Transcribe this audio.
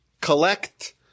collect